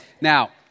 Now